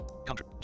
Country